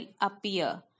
appear